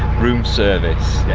room service. yeah.